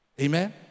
Amen